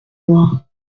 loire